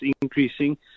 increasing